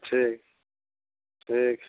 ठीक ठीक